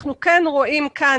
אנחנו כן רואים כאן,